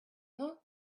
her